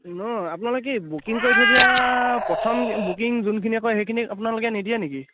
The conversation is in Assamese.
নহয় আপোনালোকে কি বুকিং কৰি থৈ দিয়া প্ৰথম বুকিং যোনখিনি কৰে সেইখিনিক আপোনালোকে নিদিয়ে নেকি